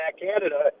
Canada